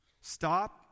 Stop